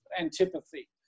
antipathy